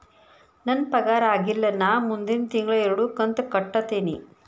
ನನ್ನ ಪಗಾರ ಆಗಿಲ್ಲ ನಾ ಮುಂದಿನ ತಿಂಗಳ ಎರಡು ಕಂತ್ ಕಟ್ಟತೇನಿ